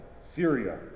Syria